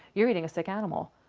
you are eating a sick animal.